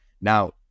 Now